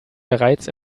bereits